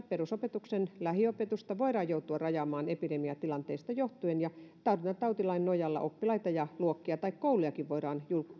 perusopetuksen lähiopetusta voidaan joutua rajaamaan epidemiatilanteesta johtuen ja tartuntatautilain nojalla oppilaita luokkia tai koulujakin voidaan